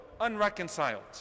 unreconciled